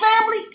family